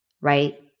right